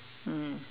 mm